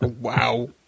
wow